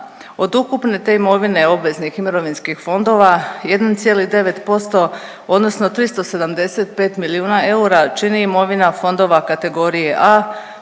Od ukupne te imovine obveznih mirovinskih fondova, 1,9% odnosno 375 milijuna eura, čini imovina fondova kategorije A,